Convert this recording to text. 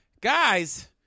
Guys